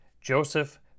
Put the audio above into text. Joseph